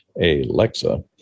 Alexa